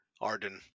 Arden